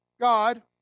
God